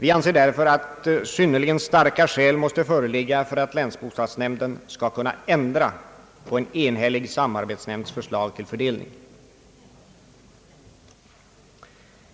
Vi anser därför och understryker att synnerligen starka skäl måste föreligga för att länsbostadsnämnden skall kunna ändra på en enhällig samarbetsnämnds förslag till fördelning.